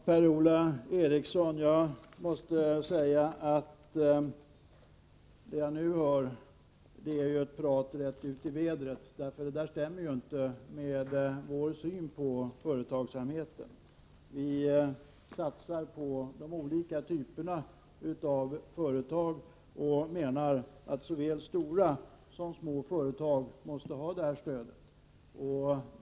Herr talman! Till Per-Ola Eriksson måste jag säga att det jag nu hör bara är prat rätt ut i luften — det stämmer inte med vår syn på företagsamheten. Vi satsar på de olika typerna av företag och menar att såväl stora som små företag måste ha stöd.